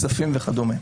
כספים וכדומה.